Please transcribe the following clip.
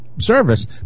Service